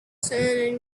sand